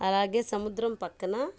అలాగే సముద్రం పక్కన